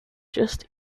just